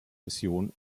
version